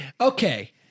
okay